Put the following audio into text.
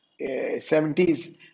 70s